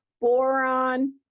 boron